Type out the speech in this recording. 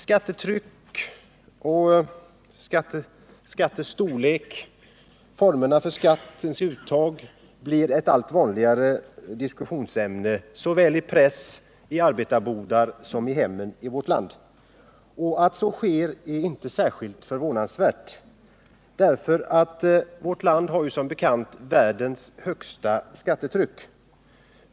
Skattetryck, skattens storlek och formerna för skattens uttag blir allt vanligare diskussionsämnen, såväl i press som i arbetarbodar och hem i vårt land. Att så sker är inte särskilt förvånansvärt. Vårt land har som bekant världens högsta skattetryck.